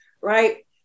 Right